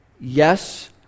yes